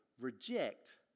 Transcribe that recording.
reject